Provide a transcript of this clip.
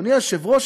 אדוני היושב-ראש,